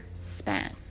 span